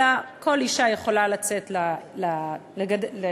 אלא כל אישה יכולה לצאת אל התינוק.